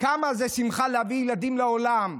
כמה זה שמחה להביא ילדים לעולם,